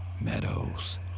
meadows